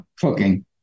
cooking